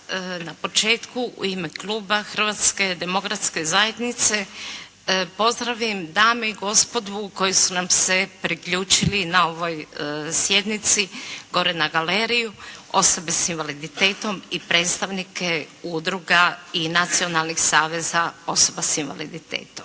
na početku u ime kluba Hrvatske demokratske zajednice pozdravim dame i gospodu koji su nam se priključili na ovoj sjednici gore na galeriji, osobe s invaliditetom i predstavnike udruga i nacionalnih saveza osoba s invaliditetom.